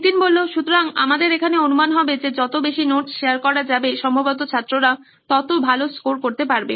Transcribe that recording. নীতিন সুতরাং আমাদের এখানে অনুমান হবে যে যত বেশি নোটস শেয়ার করা যাবে সম্ভবত ছাত্ররা ততো ভালো স্কোর করতে পারবে